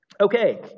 Okay